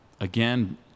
Again